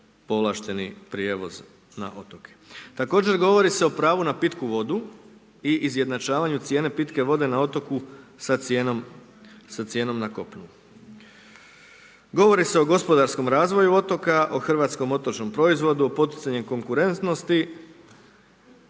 povlašteni prijevoz na otoke. Također govori se o pravu na pitku vodu i izjednačavanju cijene pitke vode na otoku sa cijenom na kopnu. Govori se o gospodarskom razvoju otoka, o hrvatskom otočnom proizvodu, o poticanju konkurentnosti,